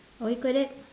what you call that